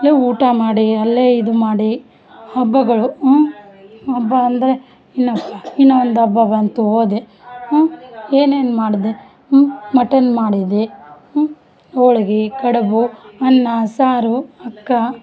ಅಲ್ಲೆ ಊಟ ಮಾಡಿ ಅಲ್ಲೇ ಇದು ಮಾಡಿ ಹಬ್ಬಗಳು ಹಬ್ಬ ಅಂದರೆ ಇನ್ನು ಇನ್ನು ಒಂದು ಹಬ್ಬ ಬಂತು ಹೋದೆ ಏನೇನ್ ಮಾಡಿದೆ ಮಟನ್ ಮಾಡಿದೆ ಹೋಳ್ಗಿ ಕಡುಬು ಅನ್ನ ಸಾರು ಅಕ್ಕ